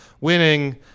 winning